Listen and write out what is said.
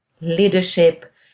leadership